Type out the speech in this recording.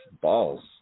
balls